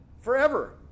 forever